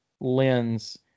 lens